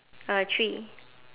uh three